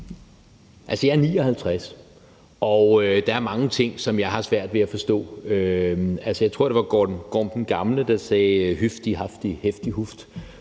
Jeg er 59 år, og der er mange ting, som jeg har svært ved at forstå. Jeg tror, det var Gorm den Gamle, der sagde høfdi hafdi hæfdi hufd